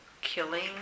killing